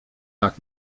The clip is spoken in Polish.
tak